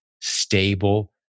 stable